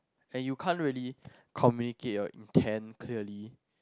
and you can't really communicate your intent clearly